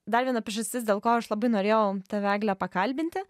dar viena priežastis dėl ko aš labai norėjau tave egle pakalbinti